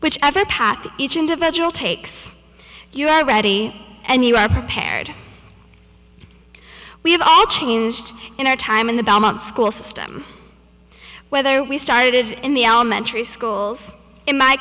whichever path each individual takes you are ready and he prepared we have all changed in our time in the belmont school system whether we started in the elementary schools in my